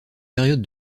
période